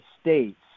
states